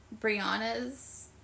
Brianna's